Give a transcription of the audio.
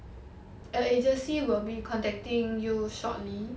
a agency will be contacting you shortly